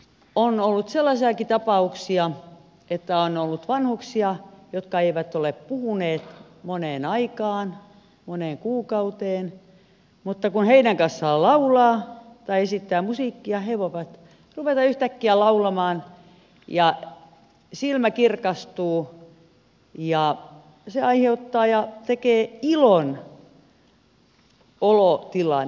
on ollut sellaisiakin tapauksia että on ollut vanhuksia jotka eivät ole puhuneet pitkään aikaan moneen kuukauteen mutta kun heidän kanssaan laulaa tai esittää musiikkia he voivat ruveta yhtäkkiä laulamaan silmä kirkastuu ja se aiheuttaa ja tekee iloisen olotilan